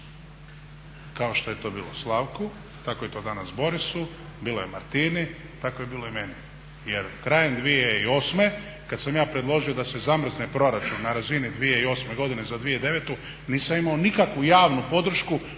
Kao što je to bilo Slavku, tako je to danas Borisu, bilo je Martini, tako je bilo i meni. Jer krajem 2008. kad sam ja predložio da se zamrzne proračun na razini 2008. godine za 2009. nisam imao nikakvu javnu podršku